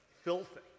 Filthy